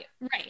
right